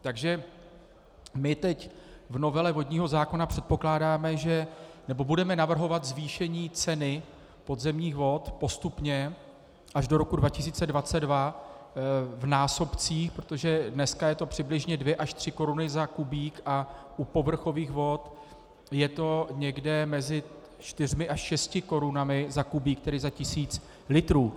Takže my teď v novele vodního zákona předpokládáme nebo budeme navrhovat zvýšení ceny podzemních vod postupně až do roku 2022 v násobcích, protože dneska jsou to přibližně dvě až tři koruny za kubík a u povrchových vod je to někde mezi čtyřmi až šesti korunami za kubík, tedy za tisíc litrů.